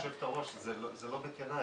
יושבת-הראש, זה לא בית ינאי.